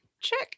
Check